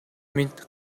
мэнд